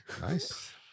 Nice